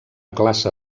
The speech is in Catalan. classe